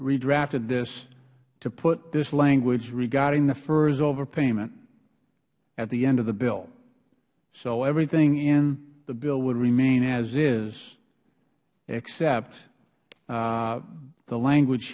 redrafted this to put this language regarding the fers overpayment at the end of the bill so everything in the bill would remain as is except the language